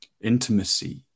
intimacy